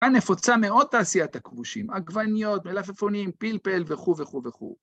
כאן נפוצה מאד תעשיית הכבושים, עגבניות, מלאפפונים, פילפל וכו וכו וכו.